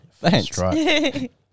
Thanks